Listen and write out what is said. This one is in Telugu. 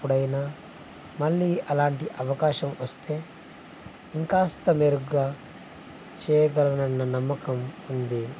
ఎప్పుడైనా మళ్ళీ అలాంటి అవకాశం వస్తే ఇంకాస్త మెరుగ్గా చేయగలనన్న నమ్మకం ఉంది